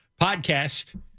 podcast